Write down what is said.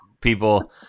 people